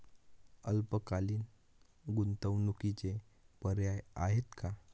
अल्पकालीन गुंतवणूकीचे पर्याय आहेत का?